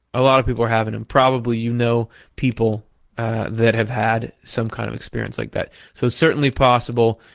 a lot of people are having them. probably you know people that have had some kind of experience like that. so it's certainly possible,